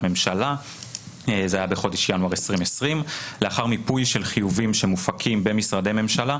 ממשלה מחודש ינואר 2020. לאחר מיפוי של חיובים שמופקים במשרדי ממשלה,